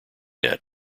net